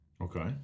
Okay